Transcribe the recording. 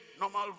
normal